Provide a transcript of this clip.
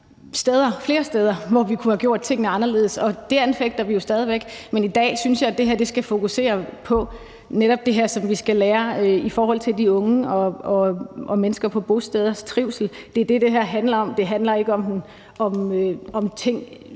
flere områder, hvor vi kunne have gjort tingene anderledes, og det mener vi jo stadig væk. Men i dag synes jeg, vi skal fokusere på, hvad vi skal lære i forhold til trivslen for de unge og mennesker på bosteder. Det er det, det her handler om – det handler ikke om ting,